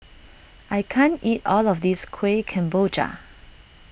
I can't eat all of this Kuih Kemboja